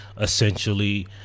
essentially